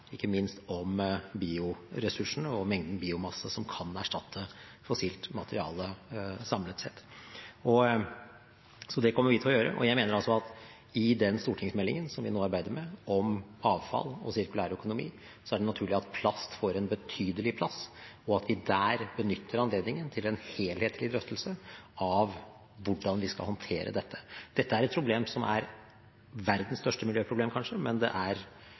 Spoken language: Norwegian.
ikke minst om bioressursene og mengden biomasse som kan erstatte fossilt materiale samlet sett. Så det kommer vi til å gjøre. Jeg mener at i den stortingsmeldingen som vi nå arbeider med om avfall og sirkulær økonomi, er det naturlig at plast får en betydelig plass, og at vi der benytter anledningen til en helhetlig drøftelse av hvordan vi skal håndtere dette. Dette problemet er kanskje verdens største miljøproblem, og det er ikke i Norge vi har de største utfordringene, men